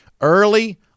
Early